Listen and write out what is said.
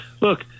look